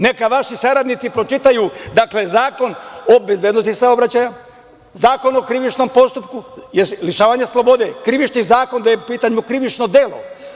Neka vaši saradnici pročitaju Zakon o bezbednosti saobraćaja, Zakon o krivičnom postupku, lišavanja slobode, Krivični zakon, gde je u pitanju krivično delo.